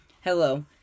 Hello